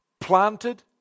Planted